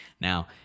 Now